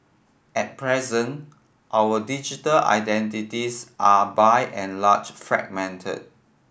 at present our digital identities are by and large fragmented